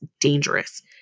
dangerous